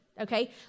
Okay